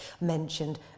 mentioned